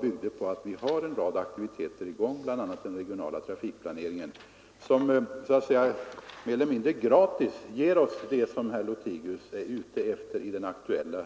byggde på att vi har en rad aktiviteter i gång, bl.a. den regionala trafikplaneringen, som mer eller mindre gratis ger oss det som herr Lothigius var ute efter.